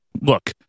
look